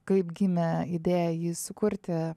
kaip gimė idėja jį sukurti